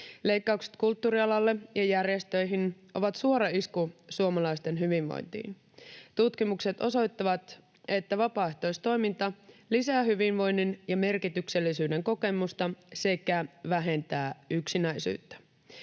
Leikkaukset kulttuurialalle ja järjestöihin ovat suora isku suomalaisten hyvinvointiin. Tutkimukset osoittavat, että vapaaehtoistoiminta lisää hyvinvoinnin ja merkityksellisyyden kokemusta sekä vähentää yksinäisyyttä.